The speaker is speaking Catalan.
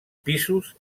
pisos